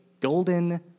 golden